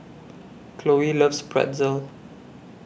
Khloe loves Pretzel